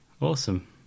Awesome